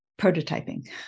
prototyping